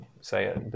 say